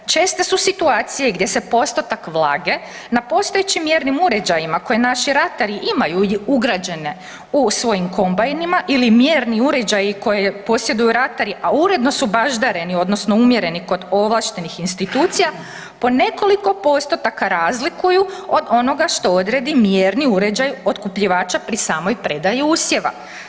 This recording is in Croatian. Česte su situacije gdje se postotak vlage na postojećim mjernim uređajima koje naši ratari imaju ugrađene u svojim kombajnima, ili mjerni uređaji koji posjeduju ratari, a uredno su baždareni odnosno umjereni kod ovlaštenih institucija, po nekoliko postotaka razlikuju od onoga što odredi mjerni uređaj otkupljivača pri samoj predaji usjeva.